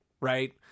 right